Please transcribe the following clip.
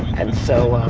and so,